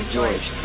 George